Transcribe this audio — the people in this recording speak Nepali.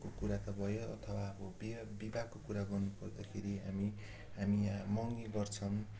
को कुरा त भयो अथवा अब बिहे विवाहको कुरा गर्नुपर्दाखेरि हामी हामी यहाँ मगनी गर्छौँ